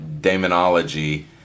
demonology